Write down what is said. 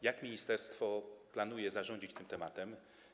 Jak ministerstwo planuje zarządzić tym tematem?